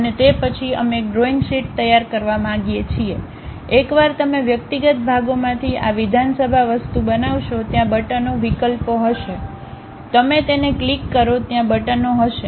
અને તે પછી અમે એક ડ્રોઇંગ શીટ તૈયાર કરવા માંગીએ છીએ એકવાર તમે વ્યક્તિગત ભાગોમાંથી આ વિધાનસભા વસ્તુ બનાવશો ત્યાં બટનો વિકલ્પો હશે તમે તેને ક્લિક કરો ત્યાં બટનો હશે